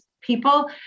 people